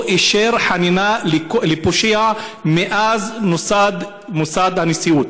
אישר חנינה לפושע מאז נוסד מוסד הנשיאות,